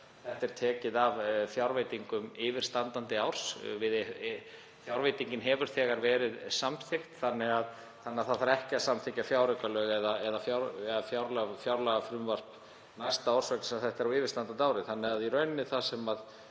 þetta er tekið af fjárveitingum yfirstandandi árs. Fjárveitingin hefur þegar verið samþykkt þannig að það þarf ekki að samþykkja fjáraukalög eða fjárlagafrumvarp næsta árs vegna þess að þetta er á yfirstandandi ári.